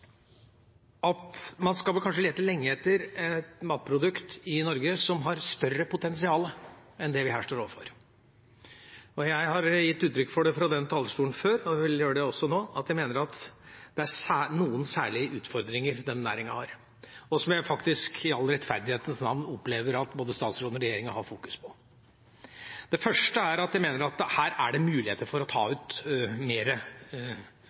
at man vel kanskje skal lete lenge etter et matprodukt i Norge som har større potensial enn det vi her står overfor. Jeg har gitt uttrykk for det fra denne talerstolen før og vil gjøre det også nå, at jeg mener at det er noen særlige utfordringer denne næringen har, og som jeg faktisk i rettferdighetens navn opplever at både statsråden og regjeringen har fokus på. Det første er at jeg mener at her er det muligheter for å ta